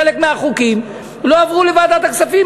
וחלק מהחוקים לא עברו לוועדת הכספים,